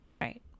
right